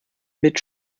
mit